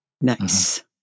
nice